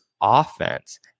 offense